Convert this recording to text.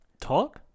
Talk